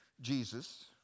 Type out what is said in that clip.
Jesus